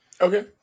Okay